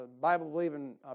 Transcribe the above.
Bible-believing